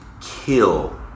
kill